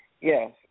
yes